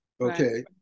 Okay